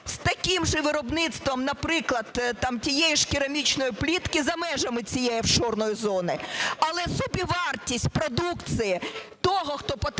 з таким же виробництвом, наприклад, тієї ж керамічної плитки за межами цієї офшорної зони. Але собівартість продукції того, хто потрапив